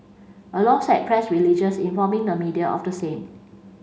alongside press religious informing the media of the same